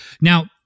Now